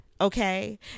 okay